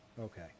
Okay